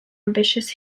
ambitious